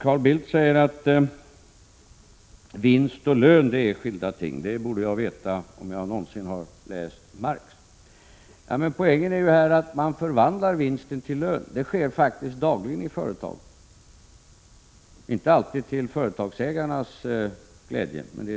Carl Bildt säger att vinst och lön är skilda ting, och det borde jag veta, om jag någonsin har läst Marx. Men poängen är ju här att man förvandlar vinsten till lön. Det sker faktiskt dagligen i företagen, inte alltid till företagsägarnas glädje.